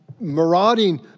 marauding